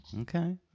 Okay